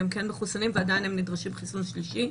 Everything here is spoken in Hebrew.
כן מחוסנים ועדיין נדרשים לחיסון שלישי.